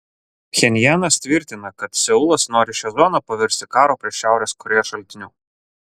pchenjanas tvirtina kad seulas nori šią zoną paversti karo prieš šiaurės korėją šaltiniu